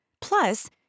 Plus